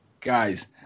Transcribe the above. Guys